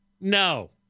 No